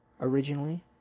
originally